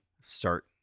start